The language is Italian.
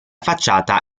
facciata